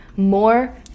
more